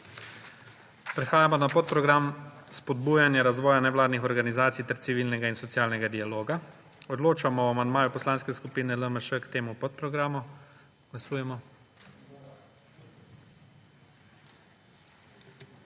Prehajamo na podprogram Spodbujanje razvoja nevladnih organizacij ter civilnega in socialnega dialoga. Odločamo o amandmaju Poslanske skupine LMŠ k temu podprogramu. Glasujemo.